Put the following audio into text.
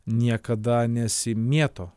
niekada nesimėto